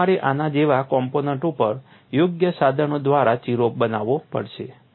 અને તમારે આના જેવા કોમ્પોનન્ટ ઉપર યોગ્ય સાધનો દ્વારા ચીરો બનાવવો પડશે